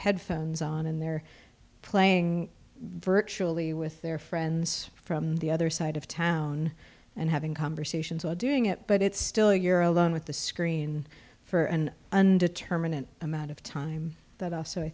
headphones on and they're playing virtually with their friends from the other side of town and having conversations or doing it but it's still you're alone with the screen for an undetermined amount of time that also i